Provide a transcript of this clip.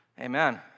Amen